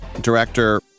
Director